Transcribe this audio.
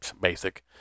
basic